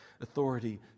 authority